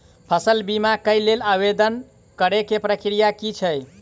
फसल बीमा केँ लेल आवेदन करै केँ प्रक्रिया की छै?